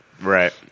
Right